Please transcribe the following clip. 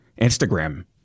Instagram